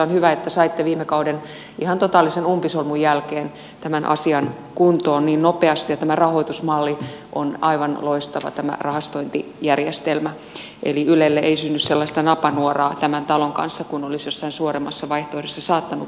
on hyvä että saitte viime kauden ihan totaalisen umpisolmun jälkeen tämän asian kuntoon niin nopeasti ja tämä rahoitusmalli on aivan loistava tämä rahastointijärjestelmä eli ylelle ei synny sellaista napanuoraa tämän talon kanssa kuin olisi jossain suoremmassa vaihtoehdossa saattanut pahimmillaan syntyä